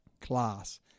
class